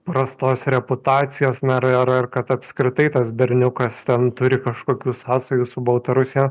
prastos reputacijos na ar ar kad apskritai tas berniukas ten turi kažkokių sąsajų su baltarusija